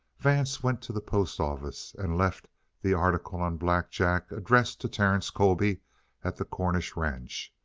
vance went to the post office and left the article on black jack addressed to terence colby at the cornish ranch.